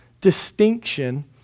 Distinction